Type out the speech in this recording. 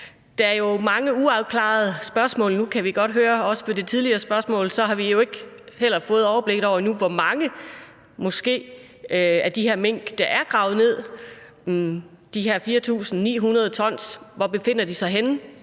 Der er jo mange uafklarede spørgsmål. Nu kan vi godt høre, også på det tidligere spørgsmål, at man jo heller ikke endnu har fået overblikket over, hvor mange af de her mink der er gravet ned – de her 4.900 t, hvor befinder de sig henne?